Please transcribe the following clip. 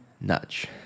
Nudge